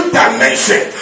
dimension